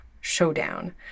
Showdown